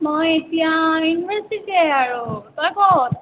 মই এতিয়া ইউনিৰ্ভাচিটিতে আৰু তই ক'ত